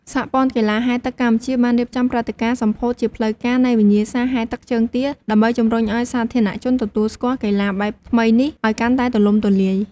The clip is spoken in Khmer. សហព័ន្ធកីឡាហែលទឹកកម្ពុជាបានរៀបចំព្រឹត្តិការណ៍សម្ពោធជាផ្លូវការនៃវិញ្ញាសាហែលទឹកជើងទា ដើម្បីជម្រុញឲ្យសាធារណជនទទួលស្គាល់កីឡាបែបថ្មីនេះឲ្យកាន់តែទូលំទូលាយ។